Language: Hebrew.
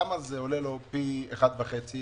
למה זה עולה לו פי אחד וחצי?